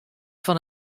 fan